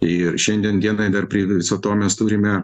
ir šiandien dienai dar prie viso to mes turime